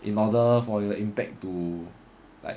in order for the impact to like